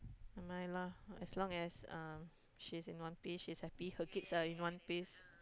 never mind lah as long as um she's in one piece she's happy her kids are in one piece